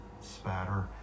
spatter